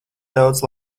daudz